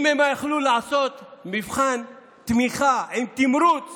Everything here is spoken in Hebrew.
אם הם יכלו לעשות מבחן תמיכה עם תמרוץ